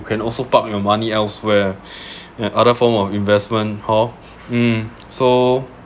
you can also park your money elsewhere and other form of investment hor mm so